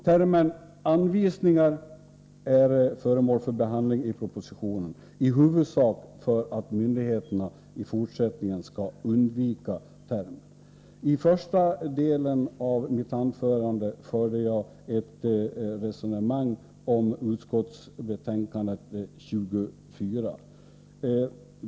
Termen ”anvisningar” är föremål för behandling i propositionen, i huvudsak för att myndigheterna i fortsättningen skall undvika termen. I första delen av mitt anförande förde jag ett resonemang om utskottsbetänkande nr 24.